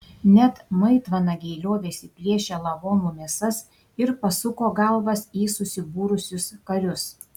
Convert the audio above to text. net maitvanagiai liovėsi plėšę lavonų mėsas ir pasuko galvas į susibūrusius karius